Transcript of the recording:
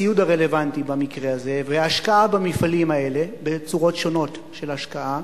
הציוד הרלוונטי במקרה הזה וההשקעה במפעלים האלה בצורות שונות של השקעה,